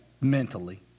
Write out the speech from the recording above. mentally